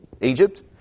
Egypt